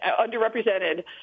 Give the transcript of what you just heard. underrepresented